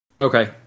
Okay